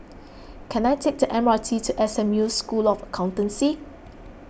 can I take the M R T to S M U School of Accountancy